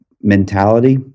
mentality